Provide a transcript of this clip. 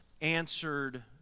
answered